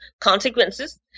consequences